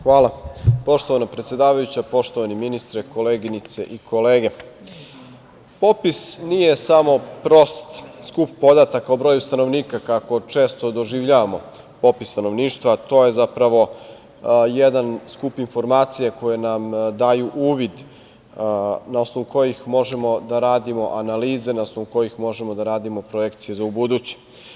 Hvala, poštovana predsedavajuća, poštovani ministre, koleginice i kolege, popis nije samo prost skup podataka o broju stanovnika, kako često doživljavamo popis stanovništva, to je zapravo jedan skup informacija, koje nam daju uvid, na osnovu kojih možemo da radimo analize, na osnovu kojih možemo da radimo projekcije za ubuduće.